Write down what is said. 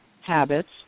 habits